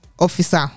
officer